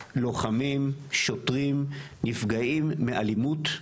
לוחמים, שוטרים נפגעים מאלימות,